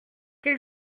quel